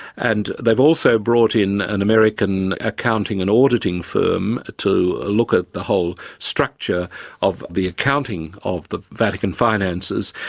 and they have also brought in an american accounting and auditing firm to look at the whole structure of the accounting of the vatican finances.